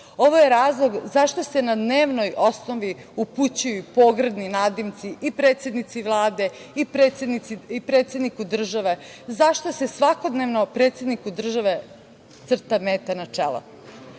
Ovo je razlog zašto se na dnevnoj osnovi upućuju pogrdni nadimci i predsednici Vlade i predsedniku države. Zašto se svakodnevno predsedniku države crta meta na čelu?